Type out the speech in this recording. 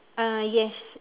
uh yes